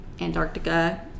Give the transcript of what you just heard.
Antarctica